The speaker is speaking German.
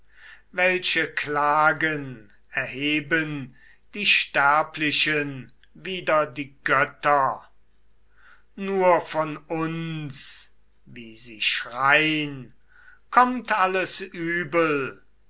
welche klagen erheben die sterblichen wider die götter nur von uns wie sie schrein kommt alles übel